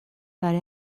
برای